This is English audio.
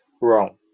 wrong